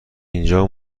اینجا